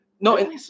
No